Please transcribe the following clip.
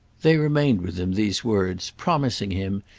they remained with him, these words, promising him,